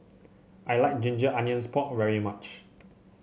I like Ginger Onions Pork very much